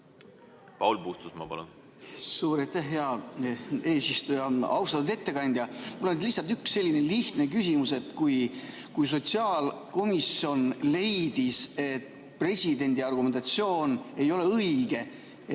Paul Puustusmaa, palun!